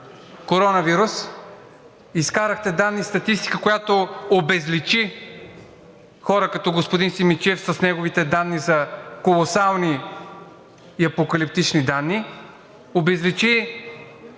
коронавируса. Изкарахте данни, статистика, която обезличи хора като господин Симидчиев с неговите данни за колосални и апокалиптични данни, обезличи